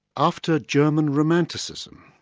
after german romanticism.